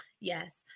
Yes